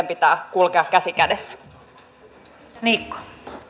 pitää kulkea käsi kädessä